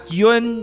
yun